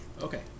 Okay